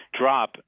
drop